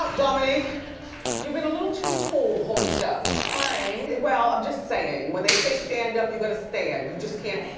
dominique you've been a little too cold the whole show. sorry. well, i'm just saying. when they say stand up, you gotta stand, you just can't